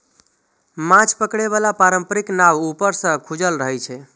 माछ पकड़े बला पारंपरिक नाव ऊपर सं खुजल रहै छै